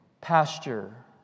pasture